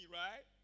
right